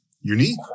unique